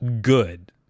good